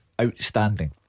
outstanding